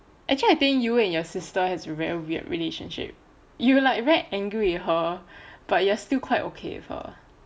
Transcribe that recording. actually I think you and your sister has a very weird relationship you like very angry with her but you are still quite okay with her